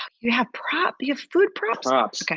you have props, you have food props. props.